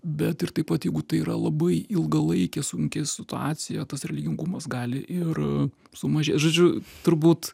bet ir taip pat jeigu tai yra labai ilgalaikė sunki situacija tas religingumas gali ir sumažėt žodžiu turbūt